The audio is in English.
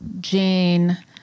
Jane